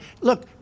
Look